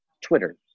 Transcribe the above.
Twitter